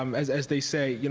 um as as they say, yeah